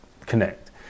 connect